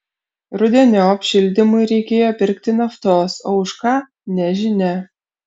rudeniop šildymui reikėjo pirkti naftos o už ką nežinia